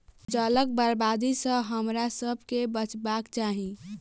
जलक बर्बादी सॅ हमरासभ के बचबाक चाही